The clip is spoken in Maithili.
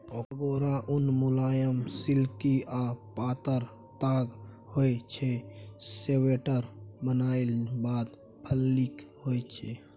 अगोरा उन मुलायम, सिल्की आ पातर ताग होइ छै स्वेटर बनलाक बाद फ्लफी होइ छै